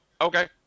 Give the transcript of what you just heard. Okay